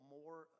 more